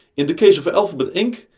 in the case of alphabet inc,